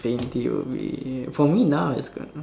twenty will be for me now is good